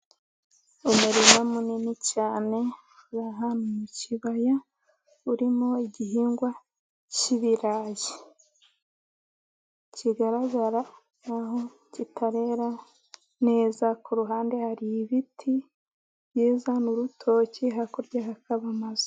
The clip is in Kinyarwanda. Umurima munini cyane, urahantu mu kibaya, urimo igihingwa cy'ibirayi, kigaragara nkaho kitarera neza, kuruhande hari ibiti byiza n'urutoki, hakurya hakaba amazu.